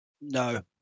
No